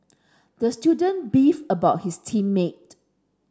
the student beefed about his team mate